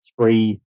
three